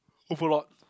overlord